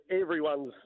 Everyone's